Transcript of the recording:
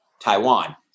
Taiwan